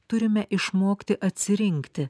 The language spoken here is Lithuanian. turime išmokti atsirinkti